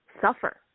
suffer